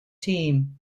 team